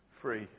free